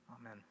Amen